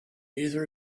either